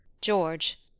George